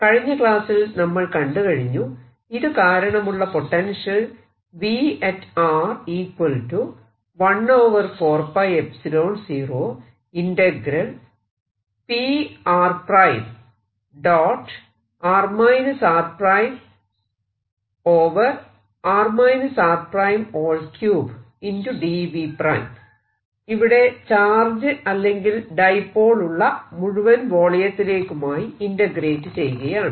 കഴിഞ്ഞ ക്ലാസ്സിൽ നമ്മൾ കണ്ടുകഴിഞ്ഞു ഇത് കാരണമുള്ള പൊട്ടൻഷ്യൽ ഇവിടെ ചാർജ് അല്ലെങ്കിൽ ഡൈപോൾ ഉള്ള മുഴുവൻ വോളിയത്തിലേക്കുമായി ഇന്റഗ്രേറ്റ് ചെയ്യുകയാണ്